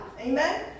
Amen